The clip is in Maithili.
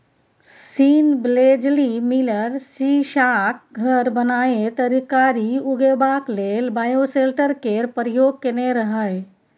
सीन बेलेजली मिलर सीशाक घर बनाए तरकारी उगेबाक लेल बायोसेल्टर केर प्रयोग केने रहय